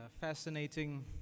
fascinating